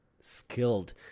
skilled